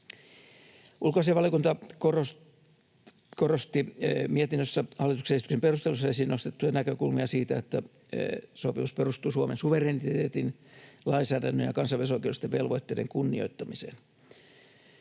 Ulkoasiainvaliokunta korosti mietinnössä hallituksen esityksen perusteluissa esiin nostettuja näkökulmia siitä, että sopimus perustuu Suomen suvereniteetin, lainsäädännön ja kansainvälisoikeudellisten velvoitteiden kunnioittamiseen.